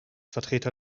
vertreter